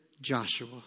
Joshua